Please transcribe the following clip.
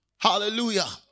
Hallelujah